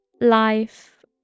life